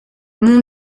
mon